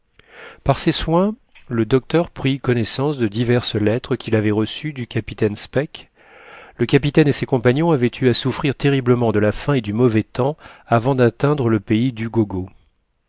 par ses soins le docteur prit connaissance de diverses lettres qu'il avait reçues du capitaine speke le capitaine et ses compagnons avaient eu à souffrir terriblement de la faim et du mauvais temps avant d'atteindre le pays d'ugogo